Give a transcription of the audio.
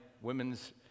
Women's